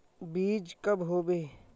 बीज कब होबे?